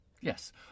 Yes